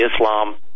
Islam